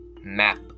map